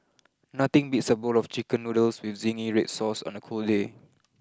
nothing beats a bowl of chicken noodles with zingy red sauce on a cold day